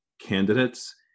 Candidates